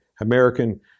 American